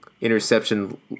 interception